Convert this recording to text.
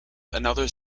another